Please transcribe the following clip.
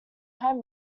time